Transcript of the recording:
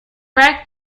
rack